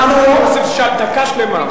באנו לשמוע, אני מוסיף דקה שלמה.